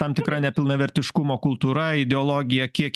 tam tikra nepilnavertiškumo kultūra ideologija kiek